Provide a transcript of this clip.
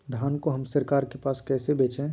धान को हम सरकार के पास कैसे बेंचे?